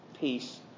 peace